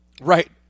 Right